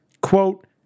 quote